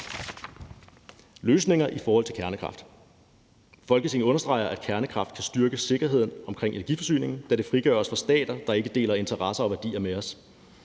løsninger i forhold til kernekraft. Folketinget understreger, at kernekraft kan styrke sikkerheden omkring energiforsyning, da det frigør os fra stater, der ikke deler interesser og værdier med